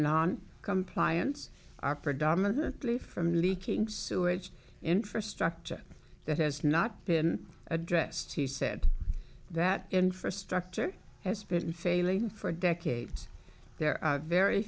non compliance are predominantly from leaking sewage infrastructure that has not been addressed he said that infrastructure has been failing for decades there are very